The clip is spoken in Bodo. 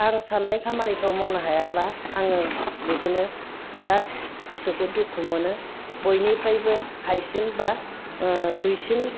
आं साननाय खामानिखौ मावनो हायाब्ला आङो बिदिनो बिराद गोसोखौ दुखु मोनो बयनिफ्रायबो हायसिन एबा दुइसिन